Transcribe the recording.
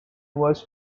was